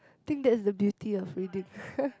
think that's the beauty of reading